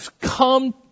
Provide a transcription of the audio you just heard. come